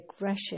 aggression